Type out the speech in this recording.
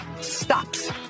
stops